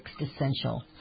existential